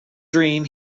dream